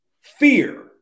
fear